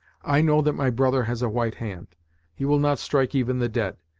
i know that my brother has a white hand he will not strike even the dead.